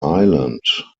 island